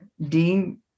Dean